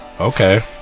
Okay